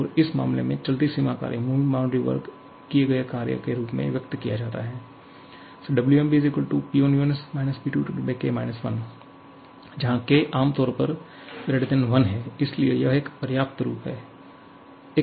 और इस मामले में चलती सीमा द्वारा किए गए कार्य के रूप में व्यक्त किया जाता है 𝑊𝑚𝑏 P1V1 P2V2k 1 जहां k आमतौर पर 1 है इसलिए यह एक पर्याप्त रूप है